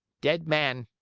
dead man,